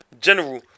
General